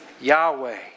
Yahweh